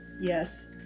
Yes